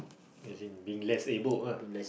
as in being less abled ah